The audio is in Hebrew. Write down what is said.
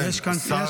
יש כאן שר?